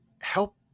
help